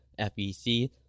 FEC